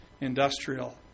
industrial